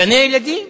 גני-ילדים,